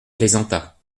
plaisanta